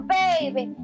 baby